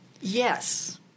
Yes